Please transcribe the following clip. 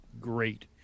great